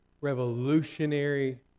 revolutionary